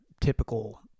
typical